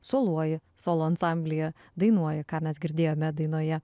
soluoji solo ansamblyje dainuoji ką mes girdėjome dainoje